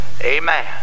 Amen